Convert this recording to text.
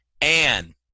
Anne